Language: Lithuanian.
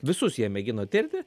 visus jie mėgino tirti